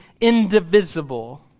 indivisible